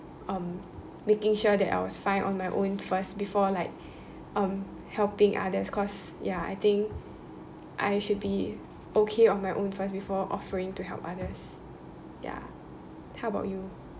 um making sure that I was fine on my own first before like um helping others cause ya I think I should be okay on my own first before offering to help others ya how about you